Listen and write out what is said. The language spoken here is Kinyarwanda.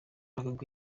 park